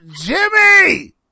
Jimmy